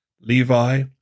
Levi